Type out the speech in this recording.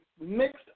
mixed